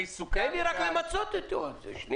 תן לי רק למצות את זה איתו.